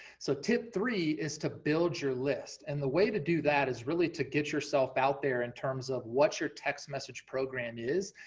so tip three is to build your list. and the way to do that is really to get yourself out there in terms of what your text message program is,